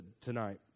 tonight